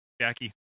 Jackie